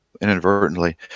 inadvertently